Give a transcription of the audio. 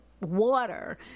water